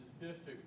district